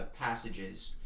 passages